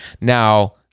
Now